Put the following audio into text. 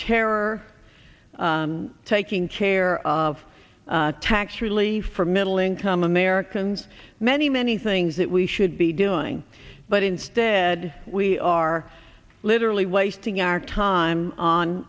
terror taking care of tax relief for middle income americans many many things that we should be doing but instead we are literally wasting our time on